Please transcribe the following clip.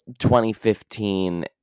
2015